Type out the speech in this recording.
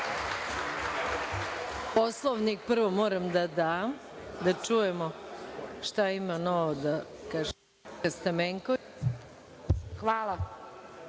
Poslovnik prvo moram da dam, da čujemo šta ima novo da kaže